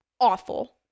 awful